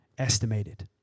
Estimated